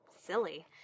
Silly